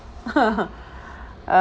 uh